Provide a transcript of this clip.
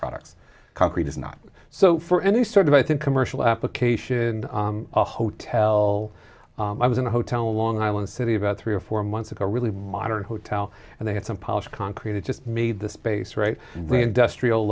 products concrete is not so for any sort of i think commercial application in a hotel i was in a hotel long island city about three or four months ago really modern hotel and they had some polish concreted just made the space right industrial